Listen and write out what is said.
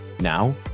now